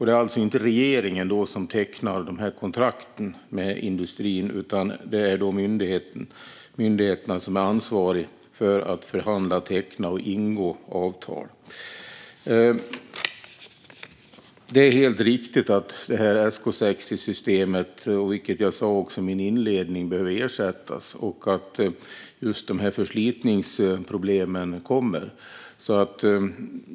Det är alltså inte regeringen som tecknar kontrakten med industrin, utan det är myndigheten som är ansvarig för att förhandla, teckna och ingå avtal. Det är helt riktigt att SK 60-systemet behöver ersättas, vilket jag också sa i min inledning. Förslitningsproblemen kommer att öka.